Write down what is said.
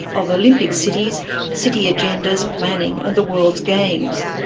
of olympic cities city agendas, planning, and the world's games.